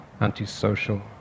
antisocial